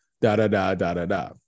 da-da-da-da-da-da